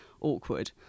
awkward